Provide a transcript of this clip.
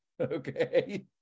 Okay